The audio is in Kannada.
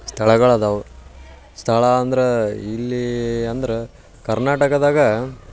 ಸ್ಥಳಗಳು ಅದಾವೆ ಸ್ಥಳ ಅಂದ್ರೆ ಇಲ್ಲಿ ಅಂದ್ರೆ ಕರ್ನಾಟಕದಾಗ